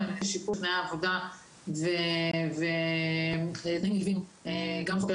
אבל אני מניחה ששיפור של תנאי עבודה ותנאים נלווים גם לחוקרי